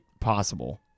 possible